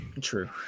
True